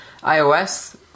iOS